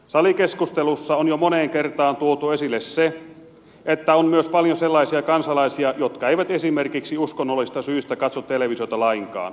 salikeskustelussa on jo moneen kertaan tuotu esille se että on myös paljon sellaisia kansalaisia jotka eivät esimerkiksi uskonnollisista syistä katso televisiota lainkaan